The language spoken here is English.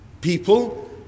people